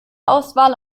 auswahl